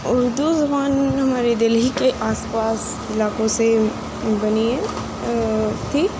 اردو زبان ہمارے دہلی کے آس پاس علاقوں سے بنی ہے تھی